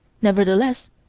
nevertheless,